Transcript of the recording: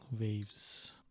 waves